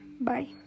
bye